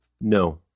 No